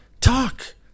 Talk